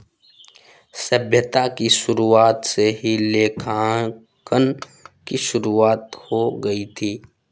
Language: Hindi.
सभ्यता की शुरुआत से ही लेखांकन की शुरुआत हो गई थी